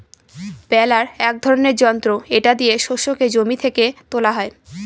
বেলার এক ধরনের যন্ত্র এটা দিয়ে শস্যকে জমি থেকে তোলা হয়